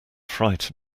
fright